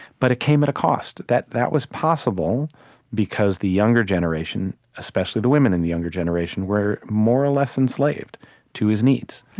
but it came at a cost. that that was possible because the younger generation, especially the women in the younger generation, were more or less enslaved to his needs,